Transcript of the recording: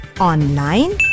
online